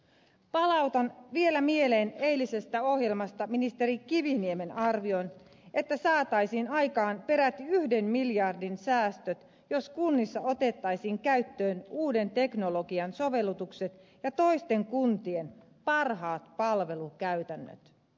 palautan vielä mieleen eilisestä ohjelmasta ministeri kiviniemen arvion että saataisiin aikaan peräti yhden miljardin säästöt jos kunnissa otettaisiin käyttöön uuden teknologian sovellutukset ja toisten kuntien parhaat palvelukäytännöt